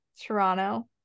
Toronto